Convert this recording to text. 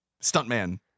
Stuntman